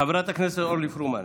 חברת הכנסת אורלי פרומן,